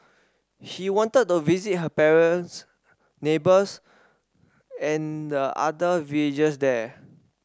he wanted to visit her brines neighbours and the other villagers there